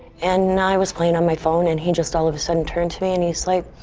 and i was playing on my phone, and he just all of a sudden turned to me, and he's like,